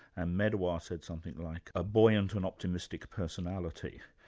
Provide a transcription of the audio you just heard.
and medawar said something like, a buoyant and optimistic personality.